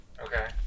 Okay